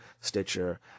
Stitcher